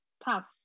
tough